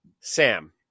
Sam